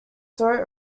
throat